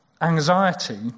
Anxiety